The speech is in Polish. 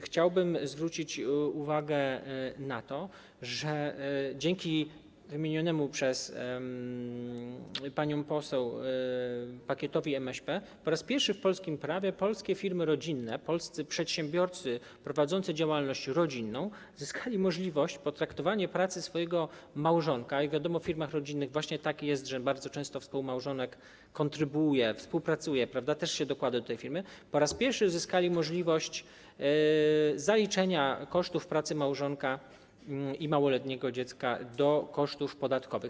Chciałbym również zwrócić uwagę na to, że dzięki wymienionemu przez panią poseł pakietowi MŚP po raz pierwszy w polskim prawie polskie firmy rodzinne, polscy przedsiębiorcy prowadzący działalność rodzinną zyskali możliwość potraktowania pracy małżonka - jak wiadomo, w firmach rodzinnych właśnie tak jest, że bardzo często współmałżonek kontrybuuje, współpracuje, dokłada się też do tej firmy - zyskali możliwość zaliczenia kosztów pracy małżonka i małoletniego dziecka do kosztów podatkowych.